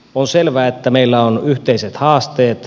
on selvää että meillä on yhteiset haasteet